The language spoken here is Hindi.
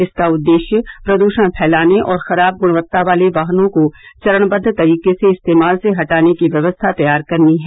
इसका उद्देश्य प्रदूषण फैलाने और खराब ग्णवत्ता वाले वाहनों को चरणबद्व तरीके से इस्तेमाल से हटाने की व्यवस्था तैयार करनी है